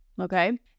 okay